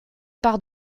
par